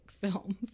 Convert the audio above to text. films